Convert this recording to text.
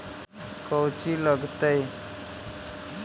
कौची लगतय?